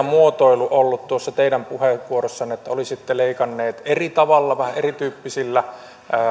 muotoilu sitten ollut tuossa teidän puheenvuorossanne että olisitte leikanneet eri tavalla vähän erityyppisillä